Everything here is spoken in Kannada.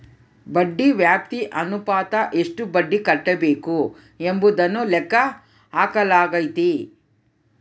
ಬಡ್ಡಿ ವ್ಯಾಪ್ತಿ ಅನುಪಾತ ಎಷ್ಟು ಬಡ್ಡಿ ಕಟ್ಟಬೇಕು ಎಂಬುದನ್ನು ಲೆಕ್ಕ ಹಾಕಲಾಗೈತಿ